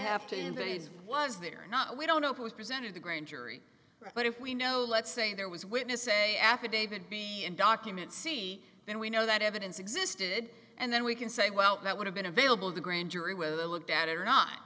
have to embrace was there or not we don't know who was present at the grand jury but if we know let's say there was witness a affidavit being in document c and we know that evidence existed and then we can say well that would have been available to the grand jury whether they looked at it or not